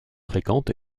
fréquente